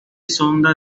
sonda